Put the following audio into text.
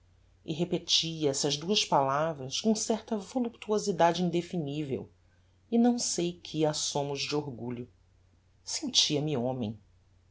e repetia estas duas palavras com certa voluptuosidade indefinivel e não sei que assomos de orgulho sentia-me homem